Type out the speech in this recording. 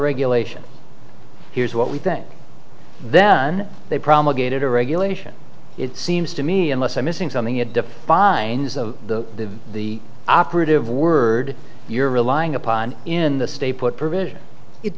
regulation here's what we think then they promulgated a regulation it seems to me unless i'm missing something it defines of the the operative word you're relying upon in the stay put provision it